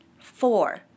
Four